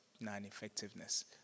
non-effectiveness